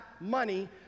money